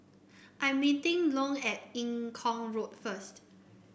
I'm meeting Long at Eng Kong Road first